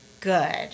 good